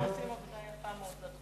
הם עושים עבודה טובה מאוד,